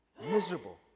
miserable